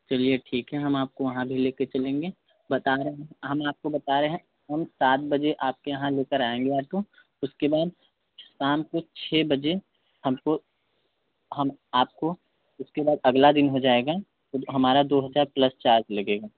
चलिए ठीक है हम आपको वहाँ भी लेकर चलेंगे बता रहे हम आपको बता रहे हैं हम सात बजे आप के यहाँ लेकर आएँगे आटो उसके बाद शाम को छ बजे हमको हम आपको उसके बाद अगला दिन हो जाएगा तो हमारा दो हजार प्लस चार्ज लगेगा